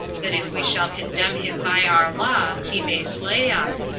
that if we shall condemn him by our law, he may slay us,